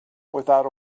without